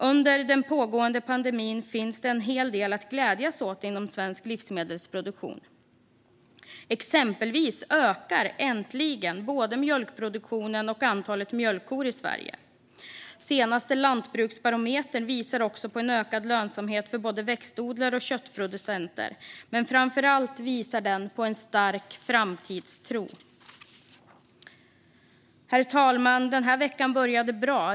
Under den pågående pandemin finns det en hel del att glädjas åt inom svensk livsmedelsproduktion. Exempelvis ökar äntligen både mjölkproduktionen och antalet mjölkkor i Sverige. Den senaste Lantbruksbarometern visar på en ökad lönsamhet för både växtodlare och köttproducenter, men framför allt visar den på en stark framtidstro. Herr talman! Denna vecka började bra.